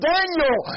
Daniel